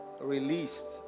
released